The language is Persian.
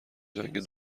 جنگ